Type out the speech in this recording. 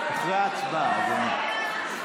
אחרי ההצבעה, אדוני.